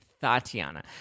Tatiana